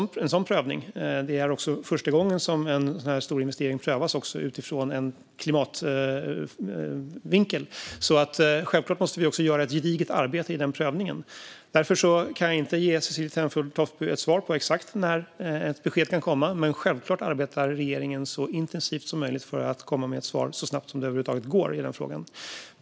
Detta är första gången en så här stor investering prövas utifrån en klimatvinkel, så självklart måste vi göra ett gediget arbete när det gäller den prövningen. Jag kan därför inte ge Cecilie Tenfjord Toftby svar på exakt när ett besked kan komma, men regeringen arbetar självklart så intensivt som möjligt för att komma med ett svar i frågan så snabbt som det över huvud taget går.